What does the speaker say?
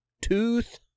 Tooth